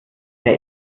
der